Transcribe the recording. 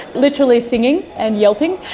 literally singing and yelping,